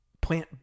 Plant